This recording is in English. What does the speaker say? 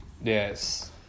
Yes